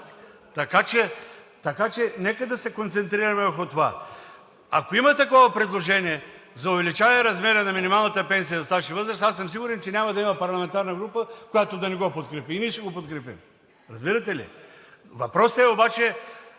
така че нека да се концентрираме върху това. Ако има такова предложение за увеличаване размера на минималната пенсия за стаж и възраст, аз съм сигурен, че няма да има парламентарна група, която да не го подкрепи, и ние ще го подкрепим, разбирате ли? Въпросът обаче